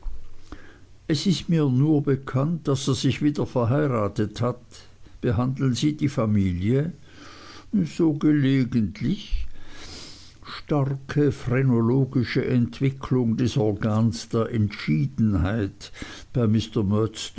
es ist mir nur bekannt daß er sich wieder verheiratet hat behandeln sie die familie so gelegentlich starke phrenologische entwicklung des organs der entschiedenheit bei mr